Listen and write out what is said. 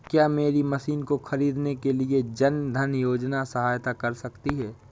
क्या मेरी मशीन को ख़रीदने के लिए जन धन योजना सहायता कर सकती है?